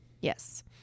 yes